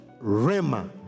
Rema